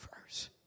first